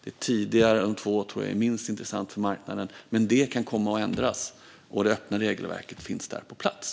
De två tidigare tror jag är minst intressanta för marknaden, men det kan komma att ändras och det öppna regelverket finns där på plats.